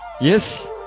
Yes